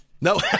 No